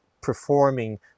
performing